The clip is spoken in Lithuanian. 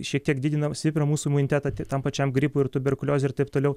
šiek tiek didina stiprina mūsų imunitetą tam pačiam gripui ir tuberkuliozei ir taip toliau